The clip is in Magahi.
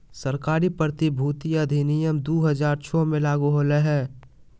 सरकारी प्रतिभूति अधिनियम दु हज़ार छो मे लागू होलय हल